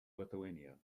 lithuania